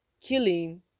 killing